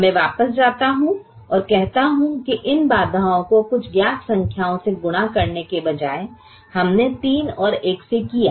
अब मैं वापस जाता हूं और कहता हूं कि इन बाधाओं को कुछ ज्ञात संख्याओं से गुणा करने के बजाय हमने 3 और 1 से किया